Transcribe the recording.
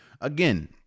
Again